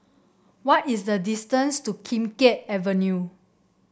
what is the distance to Kim Keat Avenue